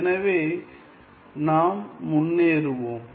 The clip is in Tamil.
எனவே நாம் முன்னேறுவோம்